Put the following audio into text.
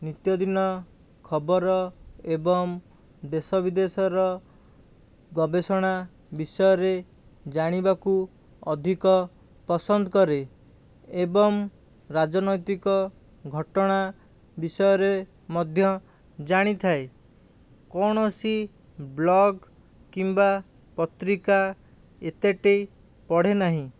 ନିତ୍ୟଦିନ ଖବର ଏବଂ ଦେଶ ବିଦେଶର ଗବେଷଣା ବିଷୟରେ ଜାଣିବାକୁ ଅଧିକ ପସନ୍ଦ କରେ ଏବଂ ରାଜନୈତିକ ଘଟଣା ବିଷୟରେ ମଧ୍ୟ ଜାଣିଥାଏ କୌଣସି ବ୍ଲଗ କିମ୍ବା ପତ୍ରିକା ଏତେଟି ପଢ଼େ ନାହିଁ